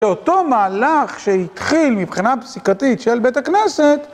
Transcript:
באותו מהלך שהתחיל מבחינה פסיקתית של בית הכנסת